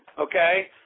okay